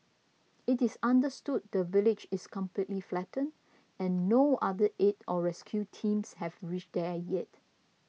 it is understood the village is completely flattened and no other aid or rescue teams have reached there yet